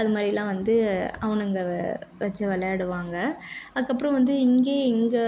அது மாதிரிலாம் வந்து அவனுங்க வச்சு விளையாடுவாங்க அதுக்கு அப்புறம் வந்து இங்கேயே இங்கே